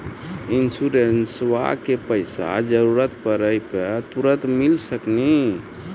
इंश्योरेंसबा के पैसा जरूरत पड़े पे तुरंत मिल सकनी?